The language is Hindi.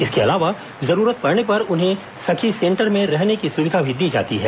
इसके अलावा जरूरत पड़ने पर उन्हें सखी सेंटर में रहने की सुविधा भी दी जाती है